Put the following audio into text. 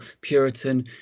Puritan